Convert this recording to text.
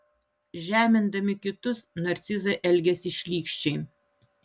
žemindami kitus narcizai elgiasi šlykščiai